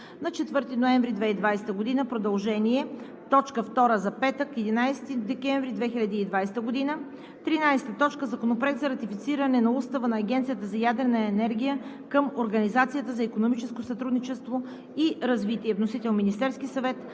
на 4 ноември 2020 г. – продължение, точка втора за петък, 11 декември 2020 г. 13. Законопроект за ратифициране на Устава на Агенцията за ядрена енергия към Организацията за икономическо сътрудничество и развитие. Вносител – Министерският съвет